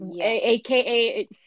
aka